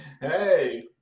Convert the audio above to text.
Hey